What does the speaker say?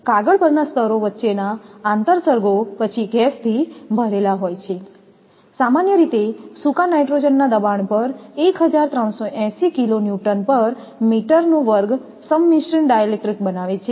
કાગળ પરના સ્તરો વચ્ચેના આંતરસર્ગો પછી ગેસથી ભરેલા હોય છે સામાન્ય રીતે સુકા નાઇટ્રોજનના દબાણ પર 1380 સંમિશ્ર ડાઇલેક્ટ્રિક બનાવે છે